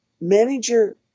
Manager